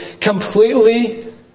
completely